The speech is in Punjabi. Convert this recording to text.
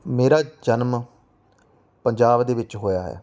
ਮੇਰਾ ਜਨਮ ਪੰਜਾਬ ਦੇ ਵਿੱਚ ਹੋਇਆ ਹੈ